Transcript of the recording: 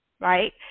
right